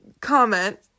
comment